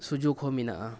ᱥᱩᱡᱩᱠ ᱦᱚᱸ ᱢᱮᱱᱟᱜᱼᱟ